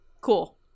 cool